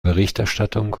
berichterstattung